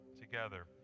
together